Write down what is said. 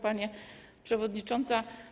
Pani Przewodnicząca!